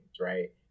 right